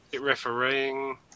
Refereeing